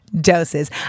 doses